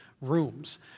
rooms